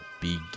begin